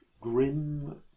grim